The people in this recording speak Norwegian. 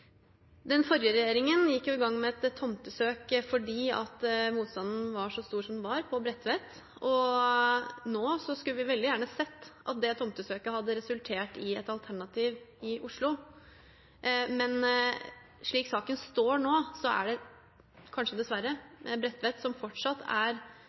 Den forrige regjeringen gikk i gang med et tomtesøk fordi motstanden på Bredtvet var så stor som den var. Nå skulle vi veldig gjerne sett at det tomtesøket hadde resultert i et alternativ i Oslo, men slik saken står nå, er det – kanskje dessverre – Bredtvet som fortsatt er